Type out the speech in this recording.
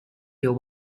your